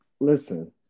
listen –